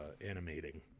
animating